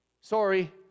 sorry